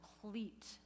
complete